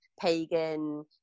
pagan